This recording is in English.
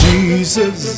Jesus